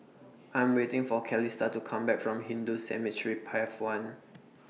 I Am waiting For Calista to Come Back from Hindu Cemetery Path one